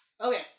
Okay